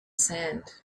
sand